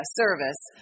service